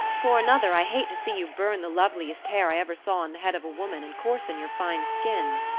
for another, i hate to see you burn the loveliest hair i ever saw on the head of a woman, and coarsen your fine skin.